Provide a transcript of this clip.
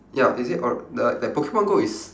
ya is it or the like like pokemon go is